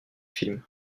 film